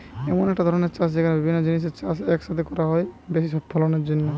এমন একটা ধরণের চাষ যেখানে বিভিন্ন জিনিসের চাষ এক সাথে করা হয় বেশি ফলনের জন্যে